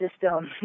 system